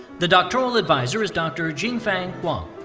the doctoral advisor is dr. jingfeng wang.